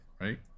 Right